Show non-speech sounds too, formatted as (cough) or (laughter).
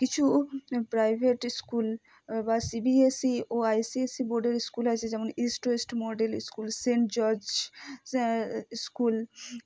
কিছু private school বা CBSE ও আইসিএসসি বোর্ডের স্কুল আছে যেমন east west model school saint George (unintelligible) school